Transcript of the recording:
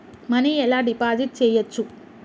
Money ఎలా deposit చేయచ్చు?